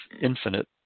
infinite